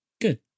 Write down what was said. Good